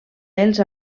els